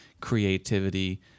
creativity